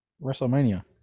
Wrestlemania